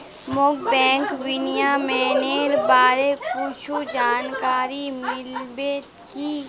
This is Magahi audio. मोक बैंक विनियमनेर बारे कुछु जानकारी मिल्बे की